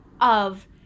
of-